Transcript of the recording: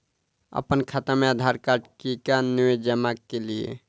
अप्पन खाता मे आधारकार्ड कियाक नै जमा केलियै?